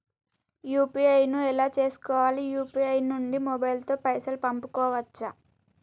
UPI ను ఎలా చేస్కోవాలి యూ.పీ.ఐ నుండి మొబైల్ తో పైసల్ పంపుకోవచ్చా?